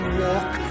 walk